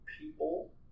people